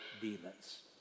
demons